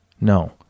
No